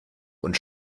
und